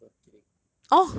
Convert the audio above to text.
我来 sponsor kidding